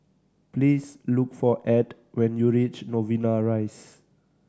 please look for Ed when you reach Novena Rise